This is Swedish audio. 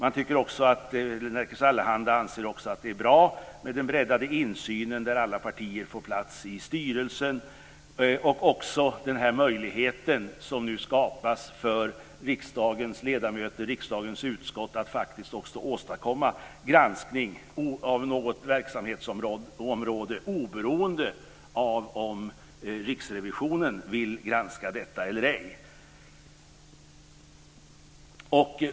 Nerikes Allehanda anser också att det är bra med den breddade insynen där alla partier får plats i styrelsen, och möjligheten som skapas för riksdagens utskott att faktiskt också åstadkomma granskning av något verksamhetsområde, oberoende av om riksrevisionen vill granska detta eller ej.